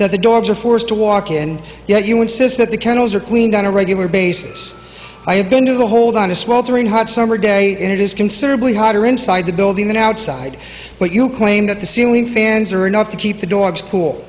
that the dogs are forced to walk and yet you insist that the kennels are cleaned on a regular basis i have been to the hold on a sweltering hot summer day and it is considerably harder inside the building than outside but you claim that the ceiling fans are enough to keep the dogs cool